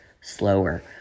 slower